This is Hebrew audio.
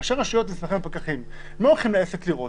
ראשי רשויות נסמכים על פקחים ולא הולכים לעסק לראות.